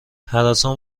هراسان